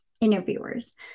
interviewers